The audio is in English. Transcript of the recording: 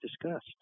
discussed